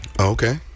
Okay